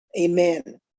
Amen